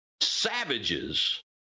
savages